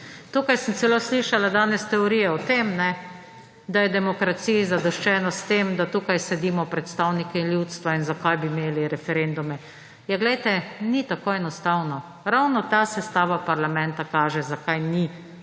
Tukaj sem danes celo slišala teorijo o tem, da je demokraciji zadoščeno s tem, da tukaj sedimo predstavniki ljudstva in zakaj bi imeli referendume. Ja, glejte, ni tako enostavno. Ravno ta sestava parlamenta kaže, zakaj ni